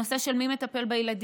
הנושא של מי מטפל בילדים,